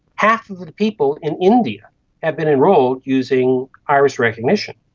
half of the people in india have been enrolled using iris recognition,